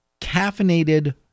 Caffeinated